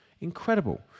incredible